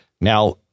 Now